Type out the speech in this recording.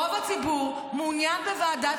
כרגע אמרתי שרוב הציבור מעוניין בוועדת